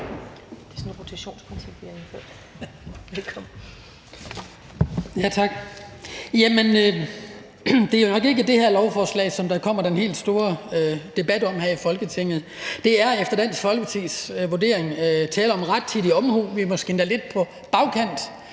Det er nok ikke det her lovforslag, der kommer den helt store debat om her i Folketinget. Der er efter Dansk Folkepartis vurdering tale om rettidig omhu – vi er måske endda med det